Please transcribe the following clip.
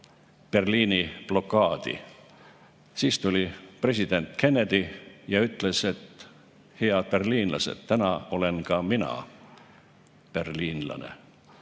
Berliini blokaadi? Siis tuli president Kennedy ja ütles, et, head berliinlased, täna olen ka mina berliinlane.